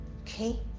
Okay